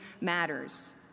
matters